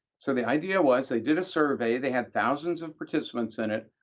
so the idea was they did a survey. they had thousands of participants in it,